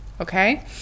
Okay